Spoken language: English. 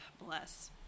Bless